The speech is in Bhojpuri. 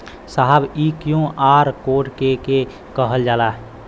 साहब इ क्यू.आर कोड के के कहल जाला?